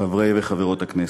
חברי וחברות הכנסת,